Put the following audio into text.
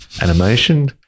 animation